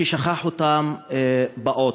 שכח אותם באוטו.